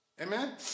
Amen